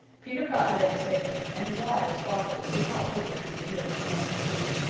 peter got there in safety and his eyes sparkled as he hopped over to the nearest young tree.